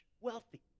wealthy